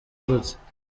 gute